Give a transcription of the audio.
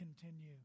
continue